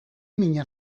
mina